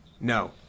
No